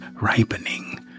ripening